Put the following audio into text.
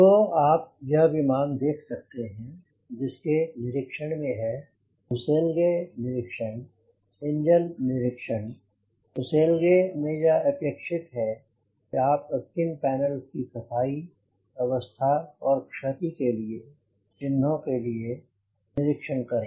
तो आप यह विमान देख सकते हैं जिसके निरीक्षण में है फुसेलगे निरीक्षण इंजन निरीक्षण फुसेलगे में यह अपेक्षित है कि आप स्किन पेनल्स की सफाई अवस्था और क्षति के चिन्हों के लिए निरीक्षण करें